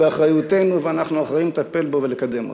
הוא באחריותנו ואנחנו אחראים לטפל בו ולקדם אותו.